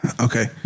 Okay